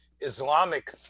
Islamic